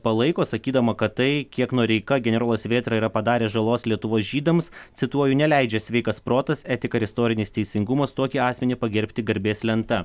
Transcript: palaiko sakydama kad tai kiek noreika generolas vėtra yra padarę žalos lietuvos žydams cituoju neleidžia sveikas protas etika ir istorinis teisingumas tokį asmenį pagerbti garbės lenta